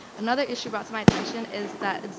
another issue brought to my attention is that